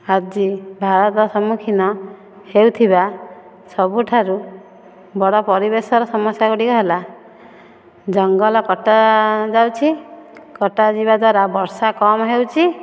ଆଜି ଭାରତ ସମ୍ମୁଖୀନ ହେଉଥିବା ସବୁଠାରୁ ବଡ଼ ପରିବେଶର ସମସ୍ୟା ଗୁଡ଼ିକ ହେଲା ଜଙ୍ଗଲ କଟା ଯାଉଛି କଟା ଯିବା ଦ୍ୱାରା ବର୍ଷା କମ ହେଉଛି